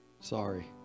Sorry